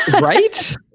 Right